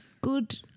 good